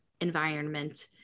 environment